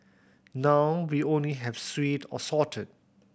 now we only have sweet or salted